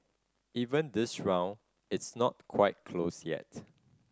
even this round it's not quite closed yet